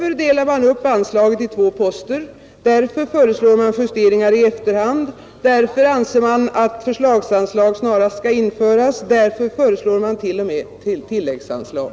Därför delar man upp anslaget i två poster, därför föreslår man justeringar i efterhand, därför anser man att förslagsanslag snarast skall införas, därför föreslår man t.o.m. tilläggsanslag.